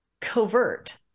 covert